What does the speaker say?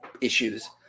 issues